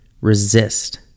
resist